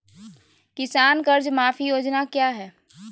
किसान कर्ज माफी योजना क्या है?